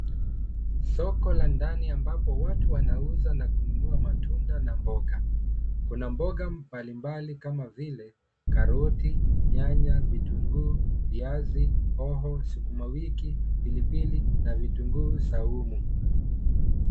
soko la ndani ambapo watu wanauza na kununua matunda na mboga. Kuna mboga mbali mbali kama vile karoti, nyanya, vitunguu, viazi, hoho, sukuma wiki, pilipili na vitunguu saumu.